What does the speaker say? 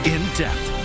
In-depth